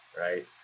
right